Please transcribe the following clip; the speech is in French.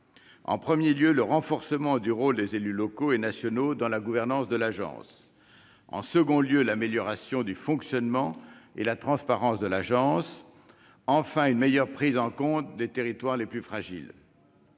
en premier lieu, le renforcement du rôle des élus locaux et nationaux dans la gouvernance de l'agence ; en deuxième lieu, l'amélioration du fonctionnement et de la transparence de l'agence ; enfin, une meilleure prise en compte des territoires les plus fragiles.